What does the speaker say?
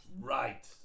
Right